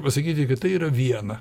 pasakyti kad tai yra viena